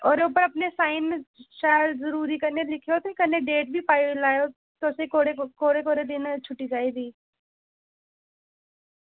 होर उप्पर अपने साइन शैल जरूरी कन्नै लिखेओ ते कन्नै डेट बी पाई लैएओ तुसें कोह्ड़े कोह्ड़े कोह्ड़े दिन छुट्टी चाहिदी